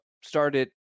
started